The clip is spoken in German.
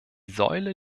säule